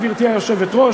גברתי היושבת-ראש,